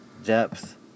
Depth